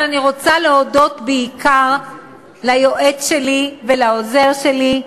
אבל אני רוצה להודות בעיקר ליועץ שלי ולעוזר שלי,